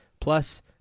plus